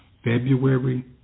February